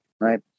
right